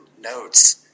notes